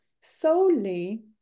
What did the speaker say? solely